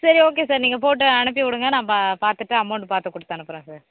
சரி okay sir நீங்கள் போட்டு அனுப்பி விடுங்கள் நான் பா பார்த்துட்டு அமௌன்ட் பார்த்து கொடுத்து அனுப்புடுறேன் சார்